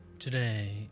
Today